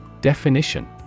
Definition